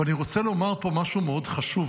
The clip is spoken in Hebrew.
ואני רוצה לומר פה משהו מאוד חשוב,